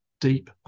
deep